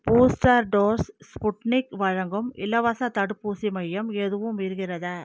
booster dose Sputnik வழங்கும் இலவசத் தடுப்பூசி மையம் எதுவும் இருகிறதா